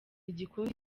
igikundi